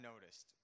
noticed